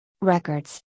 records